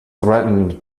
threatened